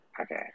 Okay